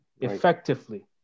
effectively